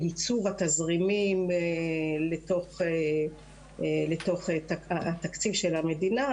לייצור התזרימים לתוך התקציב של המדינה,